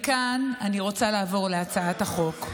מכאן אני רוצה לעבור להצעת החוק.